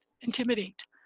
intimidate